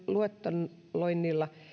luetteloinnilla